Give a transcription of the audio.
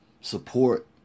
support